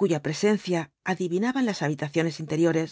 cuya presencia adivinaba en las habitaciones interiores